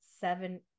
seven